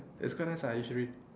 it's quite nice ah you should read